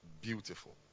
beautiful